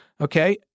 Okay